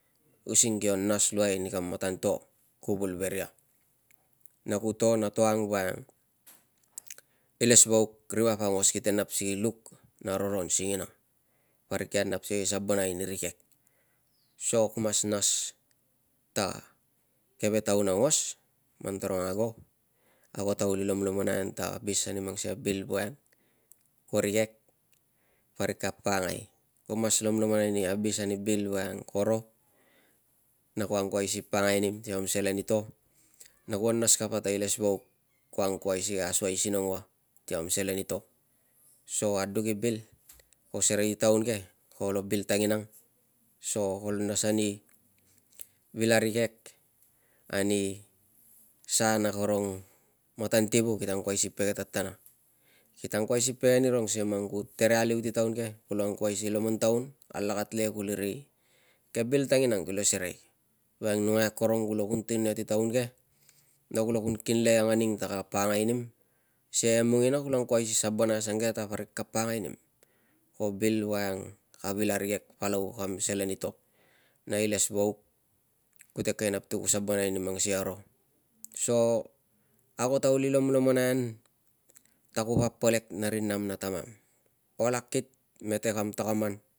Using kio nas luai ni kam matan to kuvul ve ria na ku to na to ang woiang ilesvauk ri vap aungos kite nap si ki luk na roron singina parik kia nap si ki sabonai ni rikek. So ku mas nas ta keve taun aungos man tarung ago, ago ta kuli lomlomonai an ta abis ani mang sikei a bil woiang ko rikek parik ka pakangai. Ku mas lomlomonai ni abis ani bil woiang koro na ko angkuai si ka pakangai nim si kam selen i to na kuo nas kapa ta ilesvauk ko angkoai si ka asoisinong ua ti kam selen i to. So aduk i bil ko serei ti taun ke kolo bil tanginang so kolo nas ani vil arikek ani sa na karong matan tiwu kita angkuai si pege tatana. Kite angkuai si pege anirung sikei man ku tere aliu si taun ke kulo angkuai si lomontaun alakat le kuli ri- ke bil tanginang kilo serei woiang numai akorong kulo kun tun ia si taun ke na kulo kun kinle ia nganing ta ka pakangai nim sikei e mung ina kulo angkuai si sabonai asange ta parik ka pakangai nim, ko bil woiang ka vil arikek palau kam selen i to na ilesvauk kute kovek i nam si ku sabonai ni mang sikei a ro. So ago ta kuli lomlomonai an ta ku pa polek na ri nam na tamam, ol akit mete kam takaman